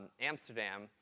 Amsterdam